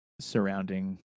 surrounding